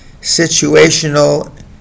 situational